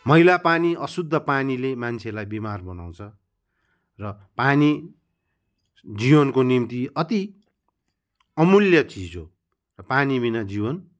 मैला पानी अशुद्ध पानीले मान्छेलाई बिमार बनाउँछ र पानी जीवनको निम्ति अति अमूल्य चिज हो र पानीविना जीवन